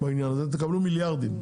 בעניין הזה ותקבלו מיליארדים.